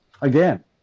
again